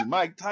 Mike